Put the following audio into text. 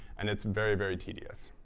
and it's very, very tedious.